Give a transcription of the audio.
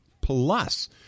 Plus